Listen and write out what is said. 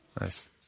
Nice